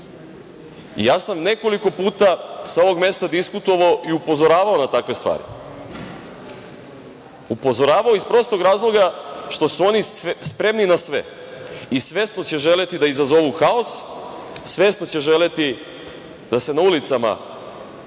zatvore? Nekoliko puta sam sa ovog mesta diskutovao i upozoravao na takve stvari. Upozoravao iz prostog razloga što su oni spremni na sve i svesno će želeti da izazovu haos, svesno će želeti da se na ulicama